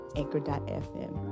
anchor.fm